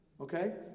Okay